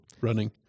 running